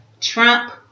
Trump